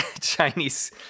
Chinese